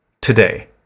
today